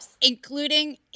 Including